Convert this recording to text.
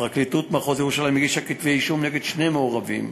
פרקליטות מחוז ירושלים הגישה כתבי-אישום נגד שני מעורבים,